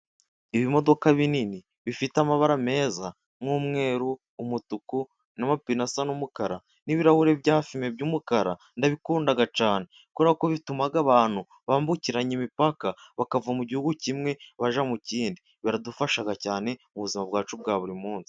Ibimodoka binini bifite amabara meza nk'umweru, umutuku n'amapine asa nk'umukara n'ibirahuri byafime by'umukara ndabikunda cyane, kuberako bituma abantu bambukiranya imipaka bakava mu gihugu kimwe bajya mu kindi, biradufasha cyane mubuzima bwacu bwa buri munsi.